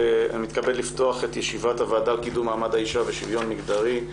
אני מתכבד לפתוח את ישיבת הוועדה לקידום מעמד האישה ושוויון מגדרי.